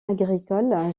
agricole